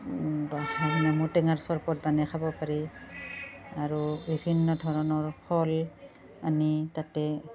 নেমু টেঙাৰ চৰবত বনাই খাব পাৰি আৰু বিভিন্ন ধৰণৰ ফল আনি তাতে